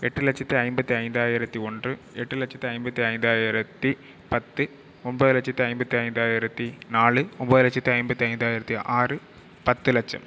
எட்டு லட்சத்தி ஐம்பத்தி ஐந்தாயிரத்தி ஒன்று எட்டு லட்சத்தி ஐம்பத்தி ஐந்தாயிரத்தி பத்து ஒன்போது லட்சத்தி ஐம்பத்தி ஐந்தாயிரத்தி நாலு ஒன்போது லட்சத்தி ஐம்பத்தி ஐந்தாயிரத்தி ஆறு பத்து லட்சம்